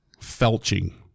Felching